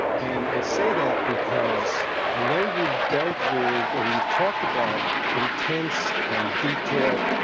and i say that, because i know you've dealt with and you've talked about intense and detail.